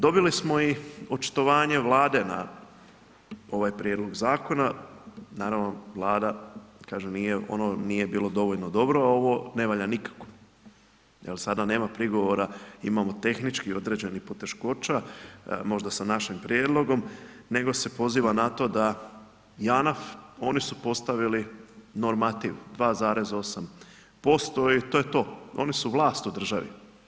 Dobili smo i očitovanje Vlade na ovaj prijedlog zakona, naravno Vlada, kaže nije ono, nije bilo dovoljno dobro, a ovo ne valja nikako jel sada nema prigovora, imamo tehničkih određenih poteškoća možda sa našim prijedlogom, nego se poziva na to da JANAF, oni su postavili normativ 2,8% i to je to, oni su vlast u državi.